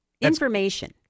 Information